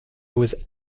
was